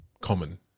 common